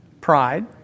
Pride